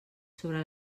sobre